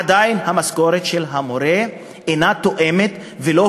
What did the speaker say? עדיין המשכורת של המורה אינה תואמת ואינה